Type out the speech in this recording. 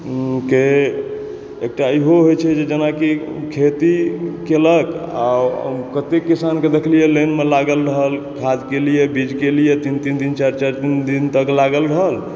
के एकटा इहो होइ छै जे जेनाकि खेती केलक आ कते किसान के देखलियै लाइन मे लागल रहल खाद के लिए बीज के लिए तीन तीन चारि चारि दिन लागल रहल